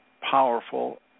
powerful